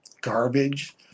garbage